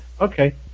Okay